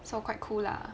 so quite cool lah